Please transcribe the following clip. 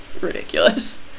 ridiculous